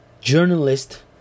journalist